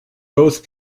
both